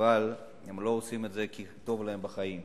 אבל הם לא עושים את זה כי טוב להם בחיים.